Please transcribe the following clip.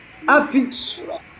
Afi